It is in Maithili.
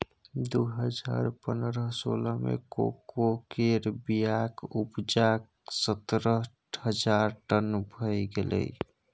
दु हजार पनरह सोलह मे कोको केर बीयाक उपजा सतरह हजार टन भए गेलै